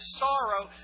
sorrow